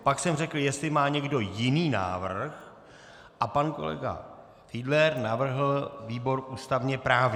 Pak jsem řekl, jestli má někdo jiný návrh, a pan kolega Fiedler navrhl výbor ústavněprávní.